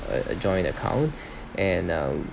a joint account and uh